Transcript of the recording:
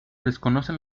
desconocen